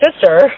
sister